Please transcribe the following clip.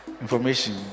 information